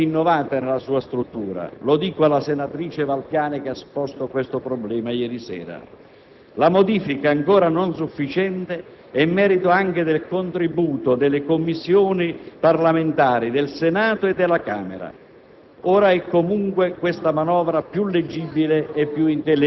La manovra finanziaria attuale è profondamente innovata nella sua struttura. Mi rivolgo alla senatrice Valpiana, che ha posto questo problema ieri sera. La modifica, ancora non sufficiente, è merito anche del contributo delle Commissioni parlamentari del Senato e della Camera.